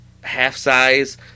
half-size